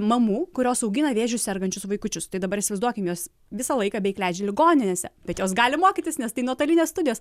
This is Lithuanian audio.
mamų kurios augina vėžiu sergančius vaikučius tai dabar įsivaizduokim jos visą laiką leidžia ligoninėse bet jos gali mokytis nes tai nuotolinės studijos